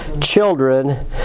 children